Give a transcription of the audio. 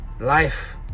life